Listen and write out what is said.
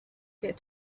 get